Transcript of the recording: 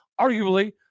Arguably